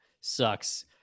sucks